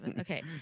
Okay